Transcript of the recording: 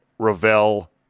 Ravel